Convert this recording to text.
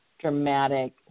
dramatic